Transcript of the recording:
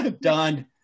Done